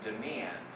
demand